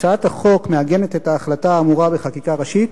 הצעת החוק מעגנת את ההחלטה האמורה בחקיקה ראשית,